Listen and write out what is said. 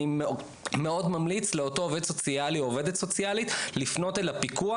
אני מאוד ממליץ לאותו עובד סוציאלי או עובדת סוציאלית לפנות אל הפיקוח,